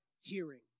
hearing